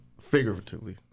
Figuratively